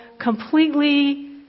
completely